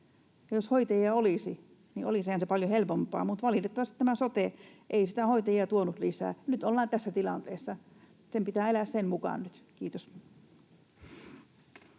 Jos hoitajia olisi, niin olisihan se paljon helpompaa, mutta valitettavasti tämä sote ei hoitajia tuonut lisää. Nyt ollaan tässä tilanteessa, ja pitää elää sen mukaan nyt.